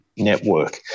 network